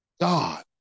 God